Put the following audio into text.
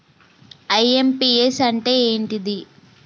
IMPS అంటే ఏంటిది?